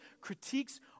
critiques